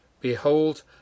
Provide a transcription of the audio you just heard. Behold